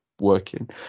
working